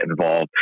involved